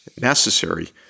necessary